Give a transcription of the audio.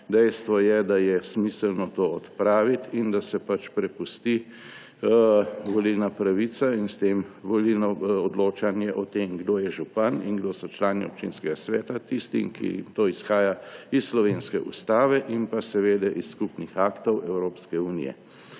Dejstvo je, da je smiselno to odpraviti in da se prepusti volilna pravica in s tem volilno odločanje o tem, kdo je župan in kdo so člani občinskega sveta, tistim, kot to izhaja iz slovenske Ustave in seveda iz skupnih aktov Evropske unije.